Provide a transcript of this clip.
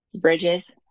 bridges